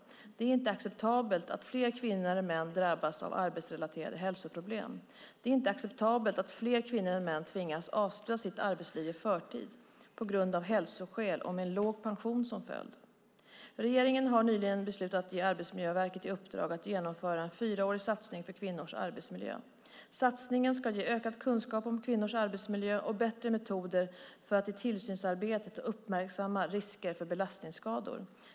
Det är inte acceptabelt att fler kvinnor än män drabbas av arbetsrelaterade hälsoproblem. Det är inte acceptabelt att fler kvinnor än män tvingas avsluta sitt arbetsliv i förtid av hälsoskäl och med en låg pension som följd. Regeringen har nyligen beslutat att ge Arbetsmiljöverket i uppdrag att genomföra en fyraårig satsning för kvinnors arbetsmiljö. Satsningen ska ge ökad kunskap om kvinnors arbetsmiljö och bättre metoder för att i tillsynsarbetet uppmärksamma risker för belastningsskador.